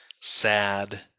sad